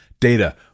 Data